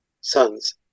sons